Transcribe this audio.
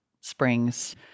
Springs